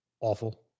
awful